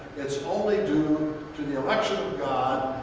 it's only due to the election of god,